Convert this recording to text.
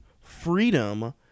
freedom